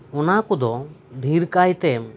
ᱚᱱᱟ ᱠᱚᱫᱚ ᱰᱷᱤᱨ ᱠᱟᱭᱛᱮ